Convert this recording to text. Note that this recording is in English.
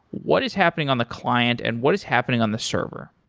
what is happening on the client and what is happening on the server?